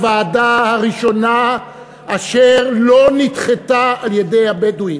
הוועדה הראשונה אשר לא נדחתה על-ידי הבדואים.